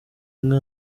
inka